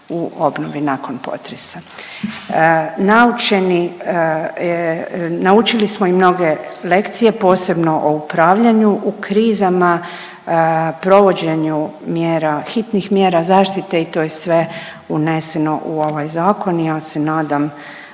u obnovi nakon potresa. Naučeni, naučili smo i mnoge lekcije, posebno o upravljanju u krizama, provođenju mjera hitnih mjera zaštite i to je sve uneseno u ovaj zakon i ja se nadam